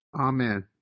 Amen